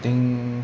think